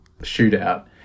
shootout